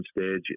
stage